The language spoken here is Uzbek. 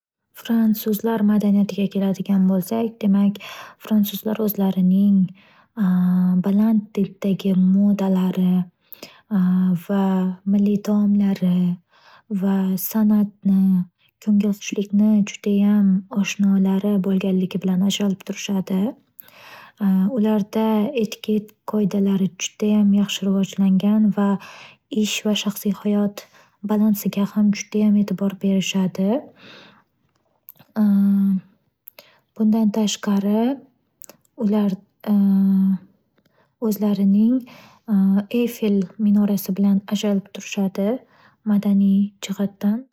Fransuzlar madaniyatiga keladigan bo’lsak, demak fransuzlar o'zlarining baland tipdagi modalari va milliy taomlari va san'atni, ko'ngil hushlikni judayam oshnolari bo'lganligi bilan ajralishib turishadi. Ularda etiket qoidalari judayam yaxshi rivojlangan va ish va shaxsiy hayot balansiga ham judayam e'tibor berishadi. Bundan tashqari ular o'zlarining eyfel minorasi bilan ajralib turishadi madaniy jihatdan.